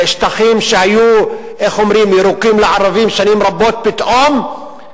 שטחים שהיו ירוקים לערבים שנים רבות, פתאום,